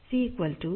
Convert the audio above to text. C 1